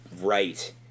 Right